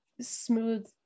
smooth